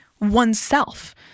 oneself